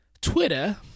Twitter